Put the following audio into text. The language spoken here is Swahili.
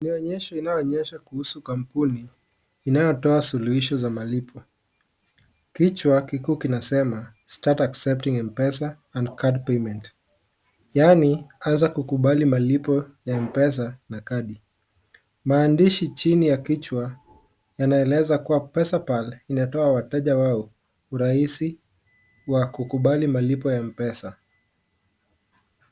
Ni onyezho inayoonyesha kuhusu kampuni, inayotoa suluhisho za malipo. Kichwa, kikuu kinasema, (cs)start accepting mpesa, and card payment(cs), yaani, anza kukubali malipo ya (cs)mpesa(cs), na kadi. Maandishi chini ya kichwa, yanaeleza kua Pesapal inatoa wateja wao, uraisi, wa kukubali malipo ya mpesa.